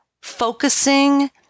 focusing